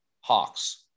Hawks